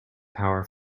power